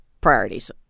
priorities